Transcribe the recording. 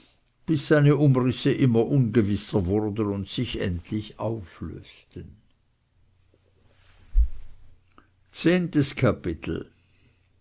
bis seine umrisse immer ungewisser wurden und sich endlich auflösten zehntes kapitel